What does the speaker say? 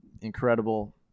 incredible